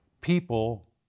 People